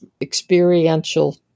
experiential